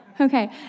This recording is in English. okay